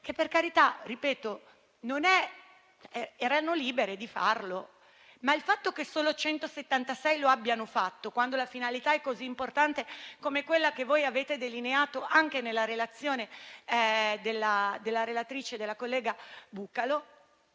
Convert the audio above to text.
Per carità, erano libere di farlo. Ma il fatto che solo 176 lo abbiano fatto, quando la finalità è così importante, come quella che voi avete delineato nella relazione della collega Bucalo,